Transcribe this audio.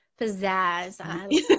pizzazz